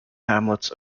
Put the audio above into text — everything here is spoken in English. hamlets